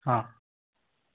हाँ